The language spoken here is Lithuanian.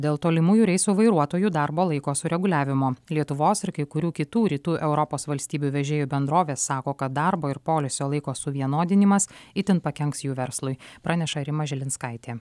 dėl tolimųjų reisų vairuotojų darbo laiko sureguliavimo lietuvos ir kai kurių kitų rytų europos valstybių vežėjų bendrovės sako kad darbo ir poilsio laiko suvienodinimas itin pakenks jų verslui praneša rima žilinskaitė